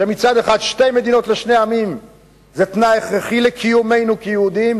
שמצד אחד שתי מדינות לשני עמים זה תנאי הכרחי לקיומנו כיהודים,